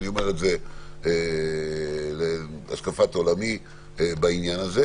אני אומר את זה להשקפת עולמי בעניין הזה.